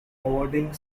awarding